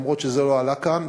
למרות שזה לא עלה כאן.